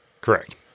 correct